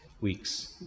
weeks